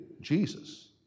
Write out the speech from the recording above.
Jesus